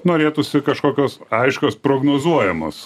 norėtųsi kažkokios aiškios prognozuojamos